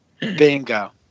Bingo